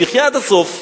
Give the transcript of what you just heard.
שיחיה עד הסוף.